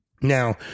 Now